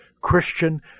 Christian